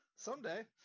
someday